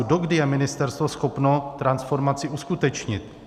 Dokdy je ministerstvo schopno transformaci uskutečnit?